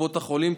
קופות החולים,